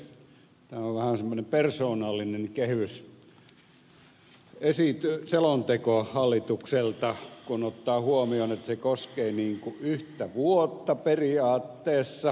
tämä on vähän semmoinen persoonallinen kehysselonteko hallitukselta kun ottaa huomioon että se koskee yhtä vuotta periaatteessa